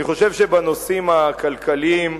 אני חושב שבנושאים הכלכליים,